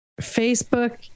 Facebook